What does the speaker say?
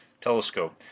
telescope